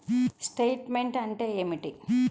Statement అంటే ఏమిటి?